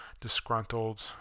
disgruntled